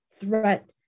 threat